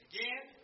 Again